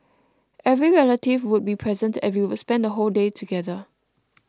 every relative would be present and we would spend the whole day together